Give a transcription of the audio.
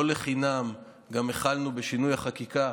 לא לחינם גם החלנו בשינוי החקיקה,